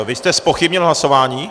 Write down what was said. Vy jste zpochybnil hlasování?